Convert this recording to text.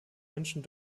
menschen